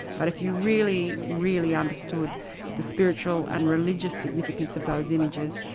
but if you really, really understood the spiritual and religious significance of those images,